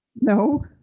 No